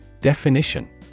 Definition